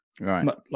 Right